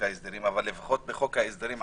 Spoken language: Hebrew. גם בחוק ההסדרים,